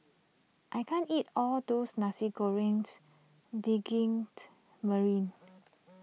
I can't eat all those Nasi Goreng Daging Merah